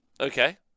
Okay